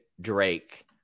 Drake